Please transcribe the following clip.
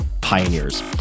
pioneers